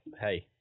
hey